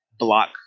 block